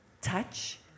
touch